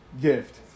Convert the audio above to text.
gift